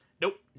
Nope